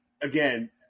again